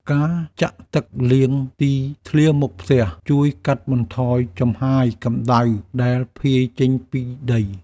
ការចាក់ទឹកលាងទីធ្លាមុខផ្ទះ ជួយកាត់បន្ថយចំហាយកម្ដៅដែលភាយចេញពីដី។